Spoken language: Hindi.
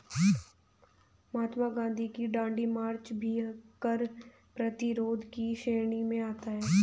महात्मा गांधी का दांडी मार्च भी कर प्रतिरोध की श्रेणी में आता है